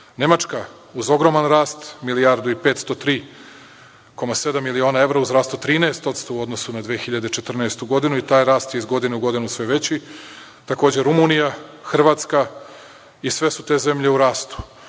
Nemačka uz ogroman rast milijardu od 503,7 miliona evra, u zdravstvu 13% u odnosu na 2014. godinu i taj rast je iz godine u godinu sve veći, takođe Rumunija, Hrvatska i sve su te zemlje u rastu.U